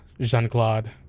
Jean-Claude